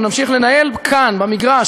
צודק ומוסרי ונכון ומתבקש,